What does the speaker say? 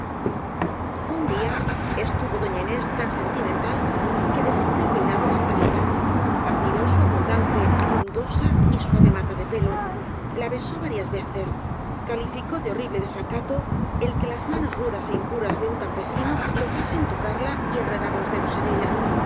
un día estuvo doña inés tan sentimental que deshizo el peinado de juanita admiró su abundante undosa y suave mata de pelo la besó varias veces calificó de horrible desacato el que las ina nos rudas é impuras de un campesino lograsen to carla y enredar los dedos en ella